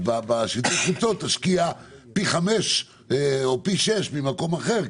אז תשקיע בשלטי חוצות פי חמש או פי שש ממקום אחר,